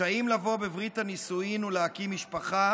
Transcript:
רשאים לבוא בברית הנישואין ולהקים משפחה